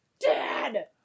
Dad